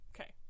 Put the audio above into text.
okay